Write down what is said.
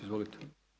Izvolite.